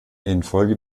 infolge